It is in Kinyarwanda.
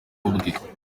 ubwe